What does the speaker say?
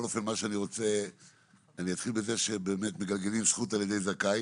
אני אתחיל בזה שבאמת מגלגלים זכות על ידי זכאי